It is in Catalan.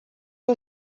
que